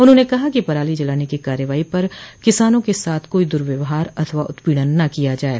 उन्होंने कहा कि पराली जलाने की कार्यवाही पर किसानों के साथ कोई द्व्यहार अथवा उत्पीड़न न किया जाये